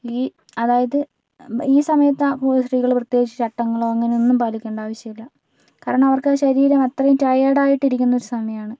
ഈ അതായത് ഈ സമയത്താണ് കൂടുതൽ സ്ത്രീകൾ പ്രത്യേകിച്ച് ചട്ടങ്ങളോ അങ്ങനെ ഒന്നും പാലിക്കേണ്ട ആവിശ്യമില്ല കാരണം അവർക്ക് അത് ശരീരം അത്രയും ടയേഡായിട്ടിരിക്കുന്ന ഒരു സമയമാണ്